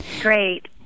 great